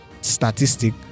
statistic